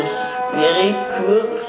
spiritual